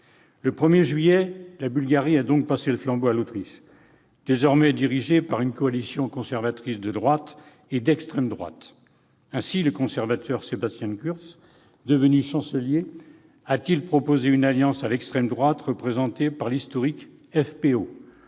Le 1 juillet, la Bulgarie a donc passé le flambeau à l'Autriche, désormais dirigée par une coalition conservatrice de droite et d'extrême droite. Ainsi, le conservateur Sebastian Kurz, devenu chancelier, a proposé une alliance à l'extrême droite, représentée par l'historique FPÖ,